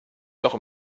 loch